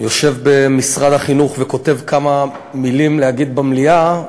יושב במשרד החינוך וכותב כמה מילים להגיד במליאה,